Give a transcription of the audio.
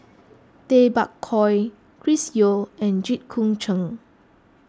Tay Bak Koi Chris Yeo and Jit Koon Ch'ng